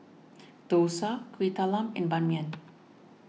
Dosa Kuih Talam and Ban Mian